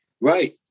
Right